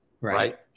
right